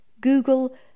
Google